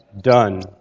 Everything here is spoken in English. done